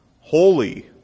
Holy